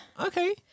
okay